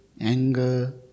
anger